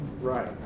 right